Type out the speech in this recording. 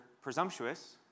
presumptuous